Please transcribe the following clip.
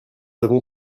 avons